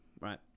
right